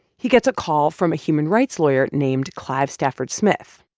he gets a call from a human rights lawyer named clive stafford smith.